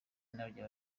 n’irya